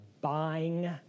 buying